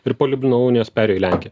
ir po liublino unijos perėjo į lenkiją